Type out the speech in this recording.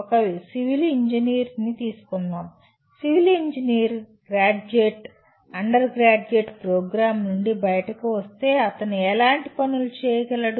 ఒక civil engineer ని తీసుకుందాం civil engineering graduate undergraduate program నుండి బయటకు వస్తే అతను ఎలాంటి పనులు చేయగలడు